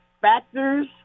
factors